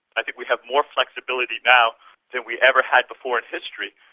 i think we have more flexibility now than we ever had before in history,